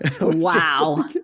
Wow